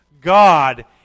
God